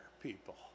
people